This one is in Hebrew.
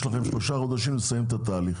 יש לכם שלושה חודשים לסיים את התהליך.